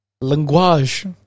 language